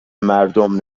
مردم